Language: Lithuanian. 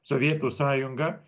sovietų sąjungą